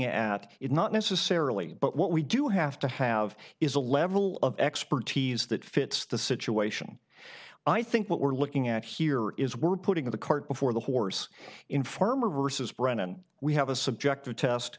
at is not necessarily but what we do have to have is a level of expertise that fits the situation i think what we're looking at here is we're putting the cart before the horse infirmary says brennan we have a subjective test